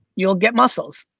you'll get muscles.